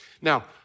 Now